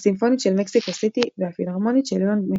הסימפונית של מקסיקו סיטי והפילהרמונית של לאון במקסיקו.